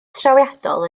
trawiadol